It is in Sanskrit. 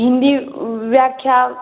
हिन्दी व्याख्या